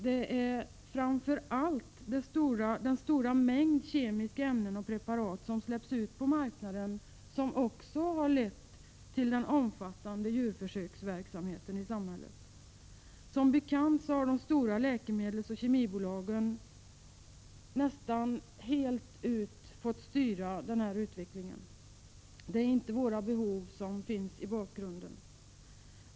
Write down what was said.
Det är framför allt den stora mängden kemiska ämnen och preparat som släpps på marknaden som har lett till den omfattande djurförsöksverksamheten i samhället. Som bekant har de stora läkemedelsoch kemibolagen nästan helt fått styra denna utveckling — det är inte behoven som finns i bakgrunden.